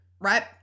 right